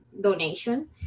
donation